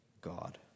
God